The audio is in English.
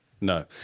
no